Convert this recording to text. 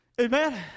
Amen